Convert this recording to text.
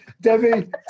debbie